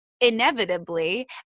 inevitably